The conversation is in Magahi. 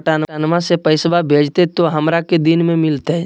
पटनमा से पैसबा भेजते तो हमारा को दिन मे मिलते?